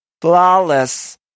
Flawless